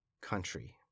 country